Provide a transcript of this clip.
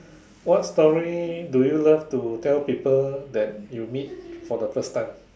what story do you love to tell people that you meet for the first time